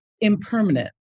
impermanent